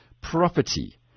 property